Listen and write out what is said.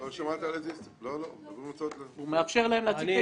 לא שמעת --- נאפשר להם להציג את